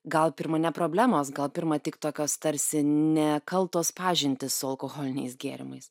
gal pirma ne problemos gal pirma tik tokios tarsi nekaltos pažintys su alkoholiniais gėrimais